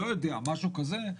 משהו כזה,